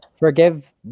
Forgive